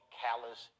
callous